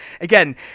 Again